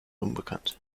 unbekannt